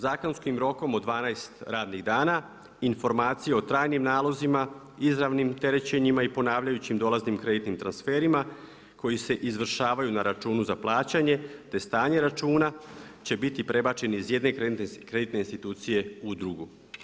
Zakonskim rokom od 12 radnih dana, informacije o trajnim nalozima, izravnim terećenjima i ponavljajućim dolaznim kreditnim transferima koji se izvršavaju na računu za plaćanje, te stanje računa će biti prebačeni iz jedne kreditne institucije u drugu.